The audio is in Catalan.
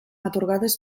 atorgades